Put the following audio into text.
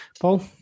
Paul